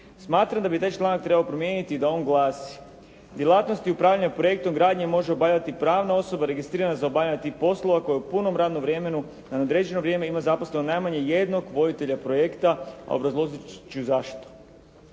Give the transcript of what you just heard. Smatram da bi taj članak trebalo promijeniti i da on glasi: "Djelatnosti upravljanja projektom gradnje može obavljati pravna osoba registrirana za obavljanje tih poslova koje u punom radnom vremenu na neodređeno vrijeme ima zaposleno najmanje jednog voditelja projekta", a obrazložit ću i zašto.